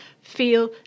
feel